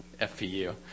FPU